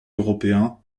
européen